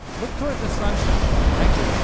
look towards the sunshine. actually,